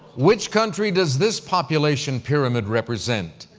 which country does this population pyramid represent,